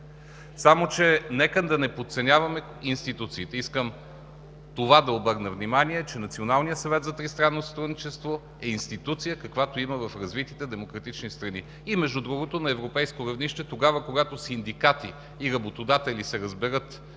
Само че нека да не подценяваме институциите! Искам на това да обърна внимание, че Националният съвет за тристранно сътрудничество е институция, каквато има в развитите демократични страни. И, между другото, на европейско равнище тогава, когато синдикати и работодатели се разберат